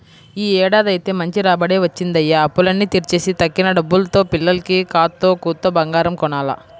యీ ఏడాదైతే మంచి రాబడే వచ్చిందయ్య, అప్పులన్నీ తీర్చేసి తక్కిన డబ్బుల్తో పిల్లకి కాత్తో కూత్తో బంగారం కొనాల